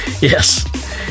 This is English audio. Yes